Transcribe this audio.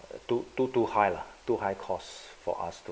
too too too high lah too high costs for us to